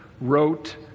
wrote